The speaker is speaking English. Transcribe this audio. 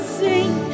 sing